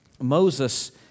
Moses